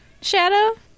Shadow